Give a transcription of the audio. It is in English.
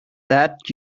that